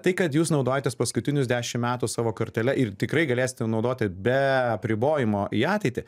tai kad jūs naudojatės paskutinius dešim metų savo kortele ir tikrai galėsite naudoti be apribojimo į ateitį